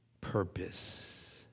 purpose